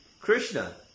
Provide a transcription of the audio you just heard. Krishna